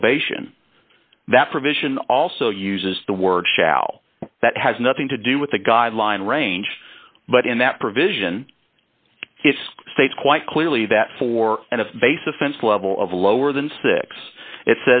probation that provision also uses the word shall that has nothing to do with the guideline range but in that provision states quite clearly that four and a vase offense level of lower than six it